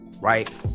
Right